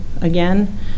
again